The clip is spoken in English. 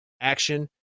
action